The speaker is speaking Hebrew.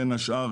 בין השאר,